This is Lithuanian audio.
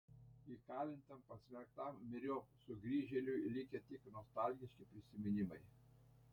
įkalintam pasmerktam myriop sugrįžėliui likę tik nostalgiški prisiminimai